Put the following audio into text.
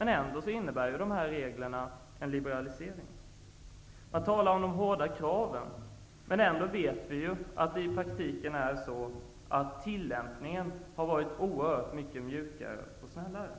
å andra sidan innebär reglerna en liberalisering. Man talar om de hårda kraven. Men ändå vet vi att tillämpningen i praktiken är mjukare och snällare.